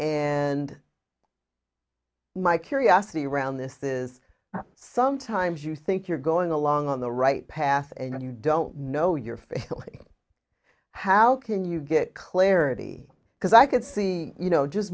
and my curiosity around this is sometimes you think you're going along on the right path and you don't know your family how can you get clarity because i could see you know just